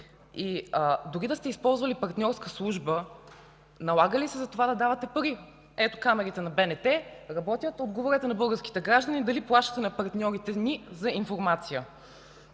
Дори да сте използвали партньорска служба, налага ли се за това да давате пари? Ето, камерите на БНТ работят. Отговорете на българските граждани дали плащате на партньорите ни за информация.